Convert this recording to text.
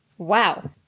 Wow